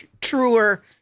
truer